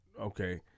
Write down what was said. Okay